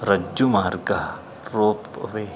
रज्जुमार्गः rope वे